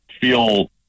feel